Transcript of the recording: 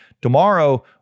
Tomorrow